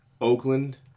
Oakland